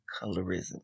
colorism